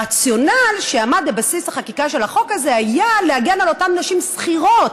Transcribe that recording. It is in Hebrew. הרציונל שעמד בבסיס החקיקה של החוק הזה היה להגן על אותן נשים שכירות,